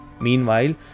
Meanwhile